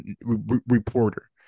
reporter